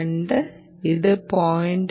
2 ഇത് 0